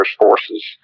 forces